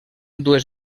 dues